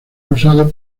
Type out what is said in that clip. usado